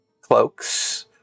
cloaks